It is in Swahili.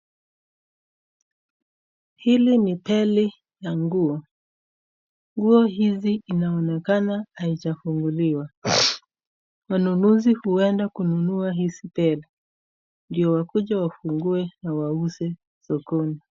Hili ni bale la nguo. Nguo hizi inaonekana haijafunguliwa. Wanunuzi huenda kununua hizi bale ndio wakuje wafungue na wauze sokoni.